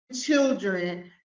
children